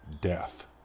death